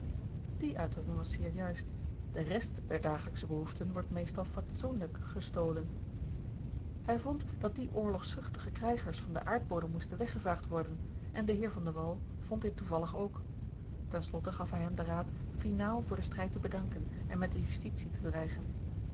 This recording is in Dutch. uitdrukking was zeer juist de rest der dagelijksche behoeften wordt meestal fatsoenlijk gestolen hij vond dat die oorlogzuchtige krijgers van den aardbodem moesten weggevaagd worden en de heer van de wall vond dit toevallig ook ten slotte gaf hij hem den raad finaal voor den strijd te bedanken en met de justitie te dreigen